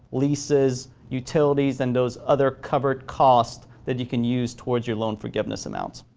leases, utilities and those other covered cost that you can use towards your loan forgiveness amount. so,